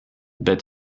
but